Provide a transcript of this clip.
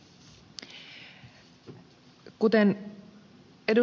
kuten ed